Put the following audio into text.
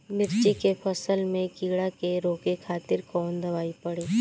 मिर्च के फसल में कीड़ा के रोके खातिर कौन दवाई पड़ी?